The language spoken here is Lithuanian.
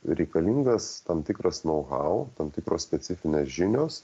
reikalingas tam tikras nau hau tam tikros specifinės žinios